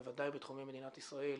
בוודאי בתחומי מדינת ישראל?